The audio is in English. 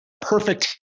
perfect